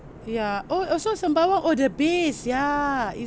ya oh also sembawang oh the base ya